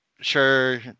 sure